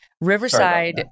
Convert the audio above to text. Riverside